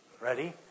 Ready